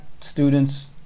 students